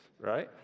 right